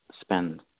spend